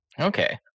Okay